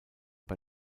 bei